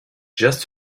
just